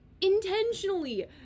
intentionally